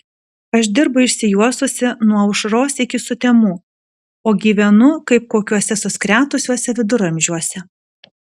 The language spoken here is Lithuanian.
aš dirbu išsijuosusi nuo aušros iki sutemų o gyvenu kaip kokiuose suskretusiuose viduramžiuose